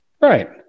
Right